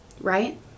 right